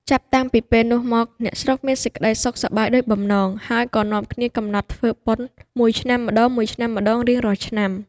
ចាប់តាំងពីពេលនោះមក អ្នកស្រុកមានសេចក្តីសុខសប្បាយដូចបំណង ហើយក៏នាំគ្នាកំណត់ធ្វើបុណ្យមួយឆ្នាំម្ដងៗរៀងរាល់ឆ្នាំ ។